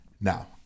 Now